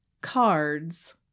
cards